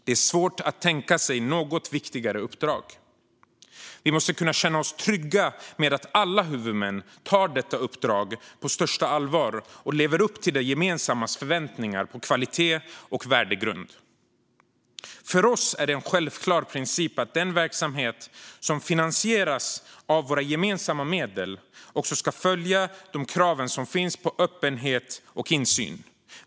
Det är svårt att tänka sig något viktigare uppdrag. Vi måste kunna känna oss trygga med att alla huvudmän tar detta uppdrag på största allvar och lever upp till det gemensammas förväntningar på kvalitet och värdegrund. För oss i Vänsterpartiet är det en självklar princip att den verksamhet som finansieras av våra gemensamma medel också ska följa de krav som finns på öppenhet och insyn.